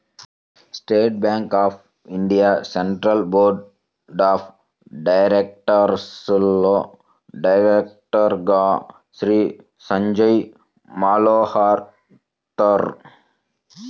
state bank of India central board of డైరెక్టర్స్లో డైరెక్టర్గా శ్రీ సంజయ్ మల్హోత్రా